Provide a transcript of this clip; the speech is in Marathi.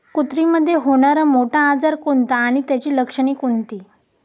कुत्रीमध्ये होणारा मोठा आजार कोणता आणि त्याची लक्षणे कोणती?